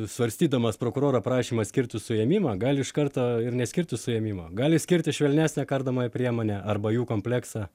svarstydamas prokuroro prašymą skirti suėmimą gali iš karto ir neskirti suėmimo gali skirti švelnesnę kardomąją priemonę arba jų kompleksą